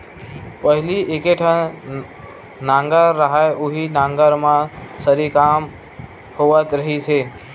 पहिली एके ठन नांगर रहय उहीं नांगर म सरी काम होवत रिहिस हे